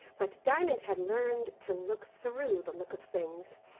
but diamond had learned to look through the look of things.